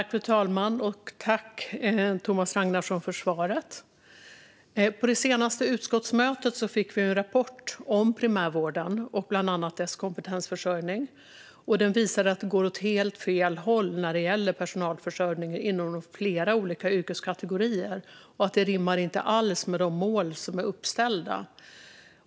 Fru talman! Tack, Thomas Ragnarsson, för svaret! På det senaste utskottsmötet fick vi en rapport om primärvården och bland annat dess kompetensförsörjning. Rapporten visade att det går åt helt fel håll när det gäller personalförsörjningen inom flera olika yrkeskategorier. Det rimmar inte alls med de mål som är uppställda.